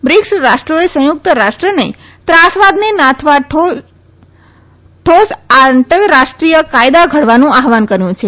BRICS રાષ્ટ્રોએ સંયુકત રાષ્ટ્રને ત્રાસવાદને નાથવા ઠોસ આંતરરાષ્ટ્રીય કાયદા ઘડવાનું આહવાન કર્યુ છે